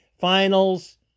finals